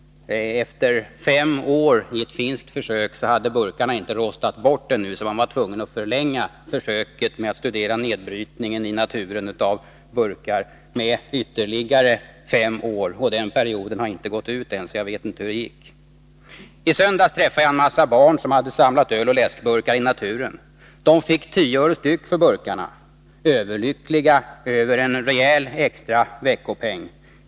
Efter fem år hade burkarna vid ett finskt försök inte rostat bort i naturen, utan man var tvungen att förlänga försöket med ytterligare fem år. Perioden har ännu inte gått till ända så jag vet inte hur det gick. I söndags träffade jag en mängd barn som hade samlat öloch läskburkar i naturen. De fick 10 öre styck för burkarna, överlyckliga över en rejäl extra veckopeng.